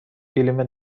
گلیم